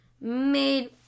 made